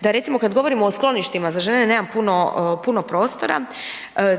da recimo kad govorimo o skloništima za žene, nemam puno prostora,